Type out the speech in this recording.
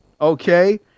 okay